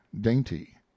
dainty